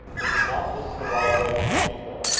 was not this the right way to treat her?